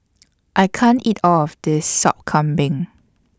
I can't eat All of This Sop Kambing